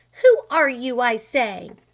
who are you, i say?